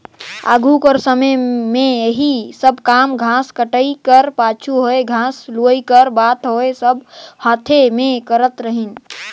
आघु कर समे में एही सब काम घांस कटई कर पाछू होए घांस लुवई कर बात होए सब हांथे में करत रहिन